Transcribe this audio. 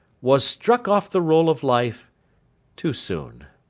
was struck off the roll of life too soon